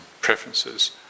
preferences